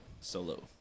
Solo